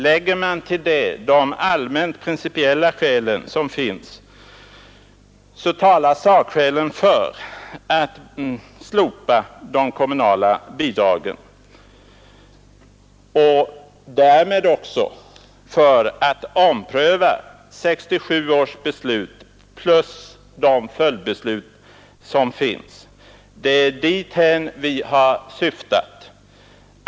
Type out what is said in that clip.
Lägger man därtill de allmänt principiella skäl som finns finner man att sakskälen talar för att vi skall slopa de kommunala bidragen och därmed också för att vi skall ompröva 1967 års beslut samt de följdbeslut som fattats. Det är dithän vi har syftat.